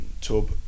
tub